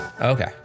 okay